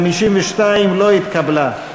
ההסתייגות של קבוצת סיעת ש"ס לסעיף 14 לא נתקבלה.